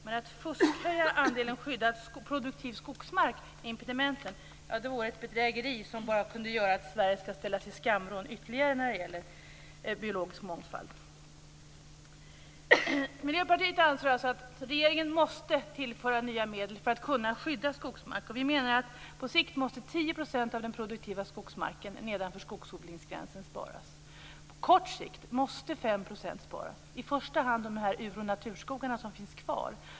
Men att fuskhöja andelen skyddad produktiv skogsmark med hjälp av impedimenten vore ett bedrägeri som bara skulle kunna göra så att Sverige ställs i skamvrån ytterligare när det gäller biologisk mångfald. Miljöpartiet anser alltså att regeringen måste tillföra nya medel för att kunna skydda skogsmark. Vi menar att 10 % av den produktiva skogsmarken nedanför skogsodlingsgränsen på lång sikt måste sparas. På kort sikt måste 5 % sparas. Det gäller i första hand de ur och naturskogar som finns kvar.